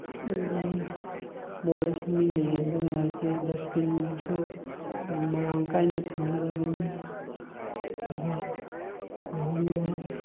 ꯂꯝꯕꯤ ꯃꯣꯠꯂꯁꯨ ꯃꯤꯅ ꯌꯦꯡꯕ ꯅꯨꯡꯉꯥꯏꯇꯦ ꯗꯁꯕꯤꯟꯁꯨ ꯃꯔꯥꯡꯀꯥꯏꯅ ꯊꯝꯒꯗꯕꯅꯤ ꯑꯗꯨꯒ ꯂꯨꯍꯣꯡꯕ